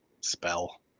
spell